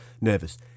nervous